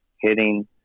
hitting